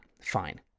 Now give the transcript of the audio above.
fine